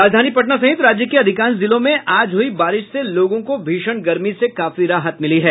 राजधानी पटना सहित राज्य के अधिकांश जिलों में आज हुई बारिश से लोगों को भीषण गर्मी से काफी राहत मिली है